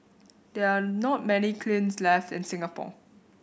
there are not many kilns left in Singapore